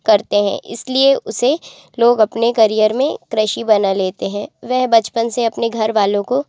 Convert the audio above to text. करते हैं इसलिए उसे लोग अपने करिअर में कृषि बना लेते हैं वह बचपन से अपने घर वालों को